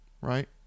right